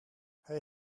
hij